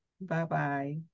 Bye-bye